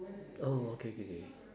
oh okay K K